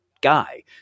guy